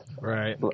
Right